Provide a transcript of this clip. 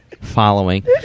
following